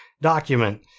document